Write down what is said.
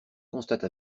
constate